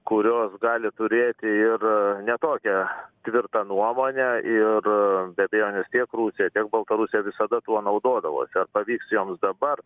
kurios gali turėti ir ne tokią tvirtą nuomonę ir be abejonės tiek rusija tiek baltarusija visada tuo naudodavosi ar pavyks joms dabar